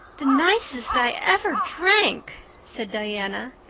the nicest i ever drank, said diana.